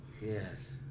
Yes